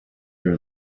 your